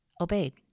obeyed